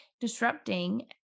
disrupting